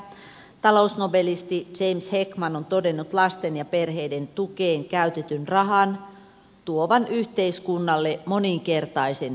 talousnobelisti james heckman on todennut lasten ja perheiden tukeen käytetyn rahan tuovan yhteiskunnalle moninkertaisen tuoton